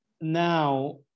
now